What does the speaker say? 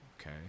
okay